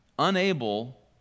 Unable